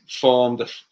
formed